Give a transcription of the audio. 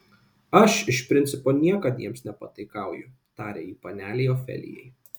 aš iš principo niekad jiems nepataikauju tarė ji panelei ofelijai